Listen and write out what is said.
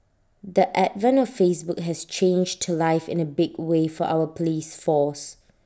the advent of Facebook has changed to life in A big way for our Police force